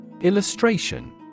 Illustration